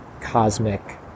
cosmic